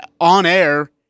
on-air